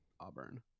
Auburn